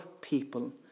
people